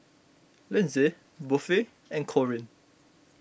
Lynsey Buffy and Corbin